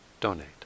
donate